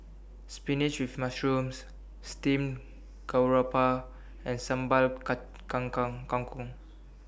Spinach with Mushrooms Steamed Garoupa and Sambal cut kangkang Kangkong